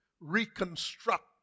Reconstruct